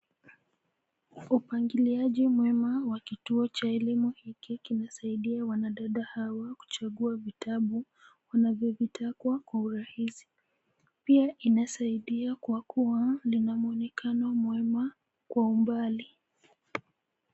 Upangiiaji mwema wa kituo cha elimu hiki kinasaidia wanadada hawa kuchagua vitabu wanavyovitakwa kwa urahisi. Pia inasaidia kwa kuwa lina muonekano mwema kwa umbali.